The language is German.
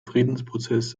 friedensprozess